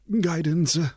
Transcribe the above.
Guidance